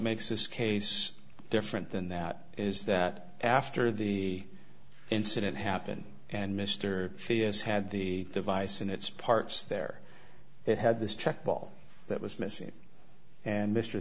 makes this case different than that is that after the incident happened and mr c s had the device in its parts there it had this check ball that was missing and mr